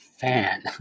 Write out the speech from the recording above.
fan